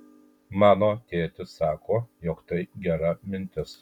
mano tėtis sako jog tai gera mintis